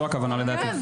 זו הכוונה לדעתי.